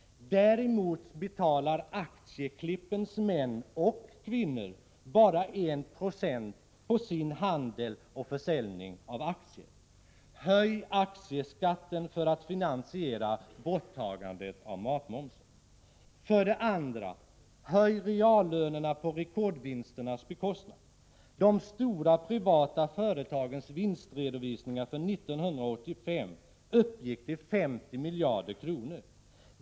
Däremot betalar aktieklippens män och kvinnor bara 1 96 på köp och försäljning av aktier. Höj aktieskatten för att finansiera borttagandet av matmomsen! För det andra: höj reallönerna på rekordvinsternas bekostnad! De stora privata företagens vinstredovisningar för 1985 uppgick till 50 miljarder kronor.